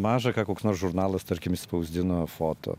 maža ką koks nors žurnalas tarkim išspausdino foto